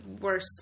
worse